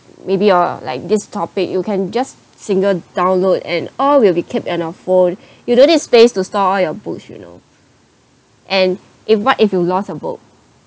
maybe uh like this topic you can just single download and all will be kept in your phone you don't need space to store all your books you know and if what if you lost your book